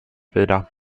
bilder